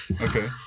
okay